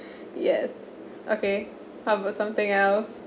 yes okay how about something else